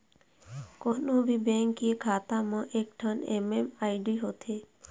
कोनो भी बेंक के खाता म एकठन एम.एम.आई.डी होथे